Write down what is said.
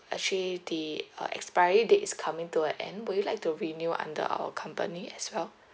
actually the uh expiry date is coming to a end would you like to renew under our company as well